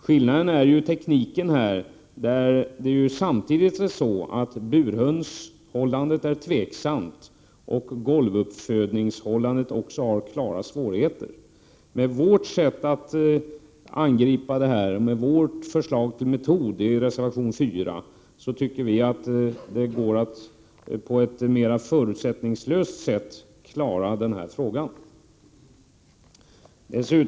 Burhönshål landet är tvivelaktigt, och beträffande golvuppfödning finns det klara svårigheter. Med vårt förslag till metod i reservation 4 tycker vi att det går att mer förutsättningslöst klara frågan.